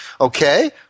Okay